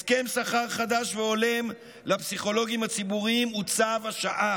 הסכם שכר חדש והולם לפסיכולוגים הציבוריים הוא צו השעה.